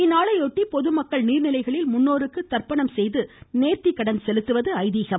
இந்நாளையொட்டி பொதுமக்கள் நீர்நிலைகளில் முன்னோர்களுக்கு தர்ப்பணம் செய்து நேர்த்திக்கடன் செலுத்துவது ஐதீகம்